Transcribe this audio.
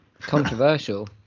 Controversial